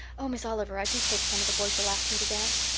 oh, miss oliver, i do hope some of the boys will ask me to dance.